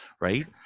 Right